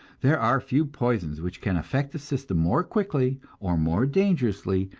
there are few poisons which can affect the system more quickly, or more dangerously,